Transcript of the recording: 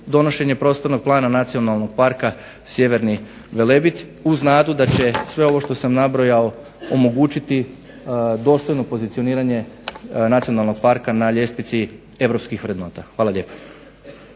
donošenje Prostornog plana Nacionalnog parka Sjeverni Velebit uz nadu da će sve ovo što sam nabrojao omogućiti dostojno pozicioniranje nacionalnog parka na ljestvici europskih vrednota. Hvala lijepa.